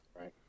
Right